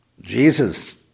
Jesus